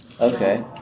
Okay